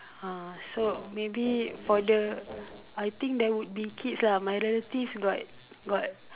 ah so maybe for the I think there would be kids lah my relatives got got